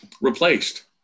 replaced